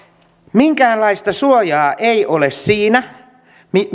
minkäänlaista suojaa ei ole siinä